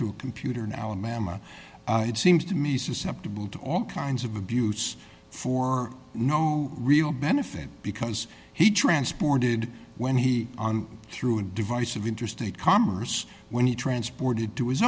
to computer now a mammoth it seems to me susceptible to all kinds of abuse for no real benefit because he transported when he on through a device of interstate commerce when he transported to his